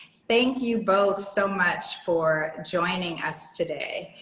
thank you, both, so much for joining us today.